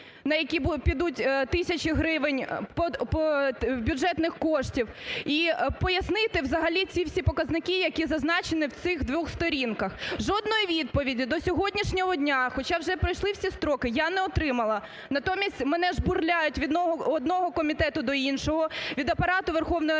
на які підуть тисячі гривень бюджетних коштів. І пояснити взагалі ці всі показники, які зазначені в цих двох сторінках. Жодної відповіді до сьогоднішнього дня, хоча вже пройшли всі строки, я не отримала. Натомість мене жбурляють від одного комітету до іншого, від Апарату Верховної Ради